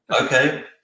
Okay